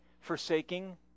Forsaking